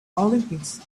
olympics